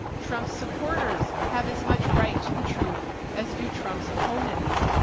trump's supporters have as much right to the truth as do trump's opponents.